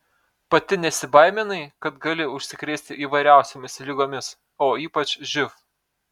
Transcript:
pati nesibaiminai kad gali užsikrėsti įvairiausiomis ligomis o ypač živ